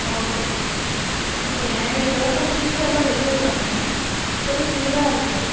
okay okay அண்ணா எனக்கு இதெல்லாம் கொஞ்சம் சீக்கிரமாக டெலிவரி பண்ணணும் கொஞ்சம் சூடாக இருக்கணும்